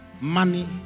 Money